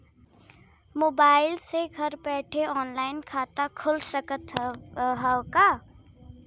Mobile से घर बैठे ऑनलाइन खाता खुल सकत हव का?